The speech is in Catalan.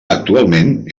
actualment